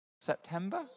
September